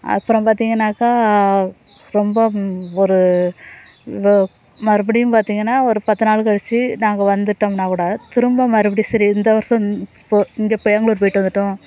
அப்புறம் பார்த்திங்கன்னாக்கா ரொம்ப ஒரு மறுபடியும் பார்த்திங்கன்னா ஒரு பத்துநாள் கழிச்சு நாங்கள் வந்துவிட்டோம்னா கூட திரும்ப மறுபடி சரி இந்த வருஷம் இப்போ இங்கே பெங்ளூர் போய்விட்டு வந்துவிட்டோம்